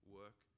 work